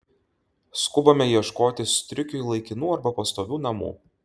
skubame ieškoti striukiui laikinų arba pastovių namų